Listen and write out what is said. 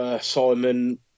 Simon